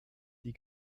die